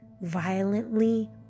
violently